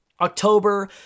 October